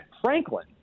Franklin